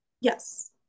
yes